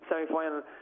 semi-final